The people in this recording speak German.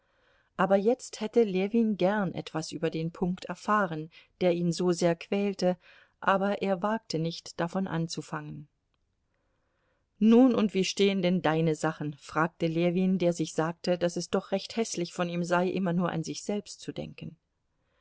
aber jetzt hätte ljewin gern etwas über den punkt erfahren der ihn so sehr quälte aber er wagte nicht davon anzufangen nun und wie stehen denn deine sachen fragte ljewin der sich sagte daß es doch recht häßlich von ihm sei immer nur an sich selbst zu denken